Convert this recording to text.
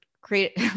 create